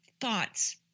thoughts